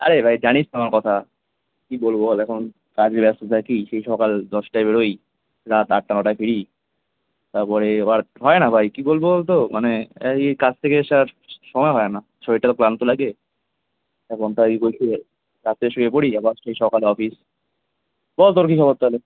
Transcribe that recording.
আরে ভাই জানিস তো আমার কথা কি বলবো বল এখন কাজে ব্যস্ত থাকি সেই সকাল দশটায় বেরোই রাত আটটা নটায় ফিরি তাপরে আবার হয় না ভাই কি বলবো বলতো মানে এই কাজ থেকে এসে আর সময় হয় না শরীরটাও ক্লান্ত লাগে এবং তাই বলছে রাত্রে শুয়ে পড়ি আবার সেই সকালে অফিস বল তোর কি খবর তাহলে